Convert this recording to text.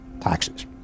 taxes